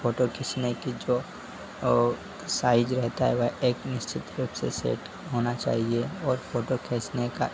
photo खींचने की जो वह साइज रहता है वह एक निश्चित रूप से सेट होना चाहिए और फोटो खींचने का